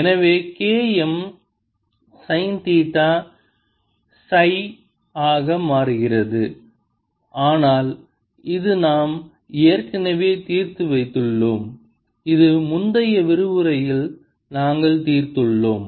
எனவே K M sine theta psi ஆக மாறுகிறது ஆனால் இது நாம் ஏற்கனவே தீர்த்து வைத்துள்ளோம் இது முந்தைய விரிவுரையில் நாங்கள் தீர்த்துள்ளோம்